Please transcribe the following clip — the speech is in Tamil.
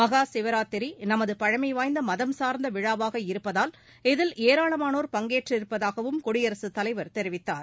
மகா சிவராத்திரி நமது பழமைவாய்ந்த மதம் சாா்ந்த விழாவாக இருப்பதால் இதில் ஏராளமானோா் பங்கேற்றிருப்பதாகவும் குடியரசுத் தலைவர் தெரிவித்தார்